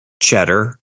cheddar